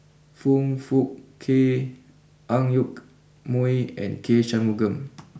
Foong Fook Kay Ang Yoke Mooi and K Shanmugam